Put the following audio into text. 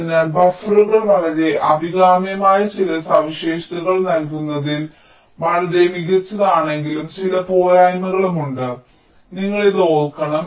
അതിനാൽ ബഫറുകൾ വളരെ അഭികാമ്യമായ ചില സവിശേഷതകൾ നൽകുന്നതിൽ വളരെ മികച്ചതാണെങ്കിലും ചില പോരായ്മകളും ഉണ്ട് നിങ്ങൾ ഇത് ഓർക്കണം